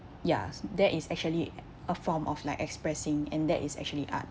ya that is actually a form of like expressing and that is actually art